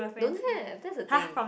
don't have that's the thing